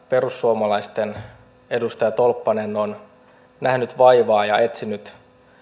perussuomalaisten edustaja tolppanen on nähnyt vaivaa ja etsinyt